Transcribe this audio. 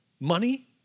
Money